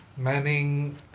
Manning